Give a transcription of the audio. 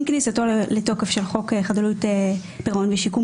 עם כניסתו לתוקף של חוק חדלות פירעון משיקום